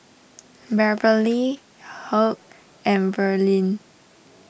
Beverlee Hugh and Verlyn